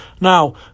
now